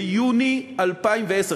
ביוני 2010,